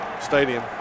stadium